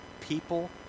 people